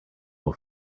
will